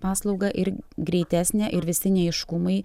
paslaugą ir greitesnę ir visi neaiškumai